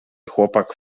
chłopak